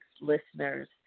listeners